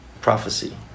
prophecy